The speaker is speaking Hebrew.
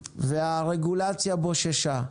והרגולציה בוששה.